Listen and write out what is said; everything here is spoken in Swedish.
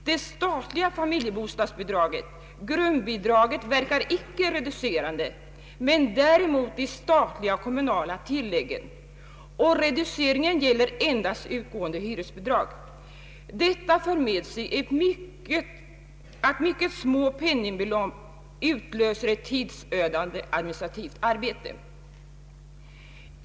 Det statliga familjebostadsbidraget, grundbidraget, verkar icke reducerande, men däremot de statliga och kommunala tilläggen, och reduceringen gäller endast utgående hyresbidrag. Detta för med sig att mycket små penningbelopp utlöser ett tidsödande administrativt arbete.